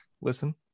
Listen